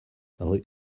rue